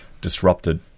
disrupted